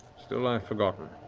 still lie forgotten.